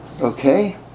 Okay